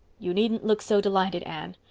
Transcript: you needn't look so delighted, anne.